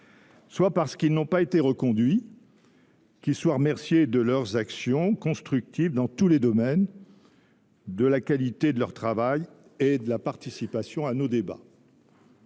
soit parce qu’ils n’ont pas été reconduits. Qu’ils soient remerciés de leurs actions constructives dans tous les domaines, de la qualité de leur travail et de leur participation à nos débats.